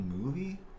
movie